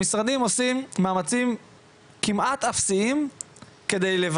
משרדי הממשלה עושים מאמצים כמעט אפסיים על מנת